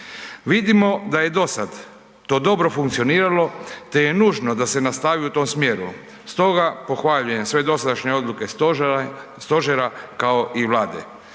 Vidimo da je dosad to dobro funkcioniralo, te je nužno da se nastavi u tom smjeru. Stoga pohvaljujem sve dosadašnje odluke stožera, kao i Vlade.